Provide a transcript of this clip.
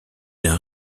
d’un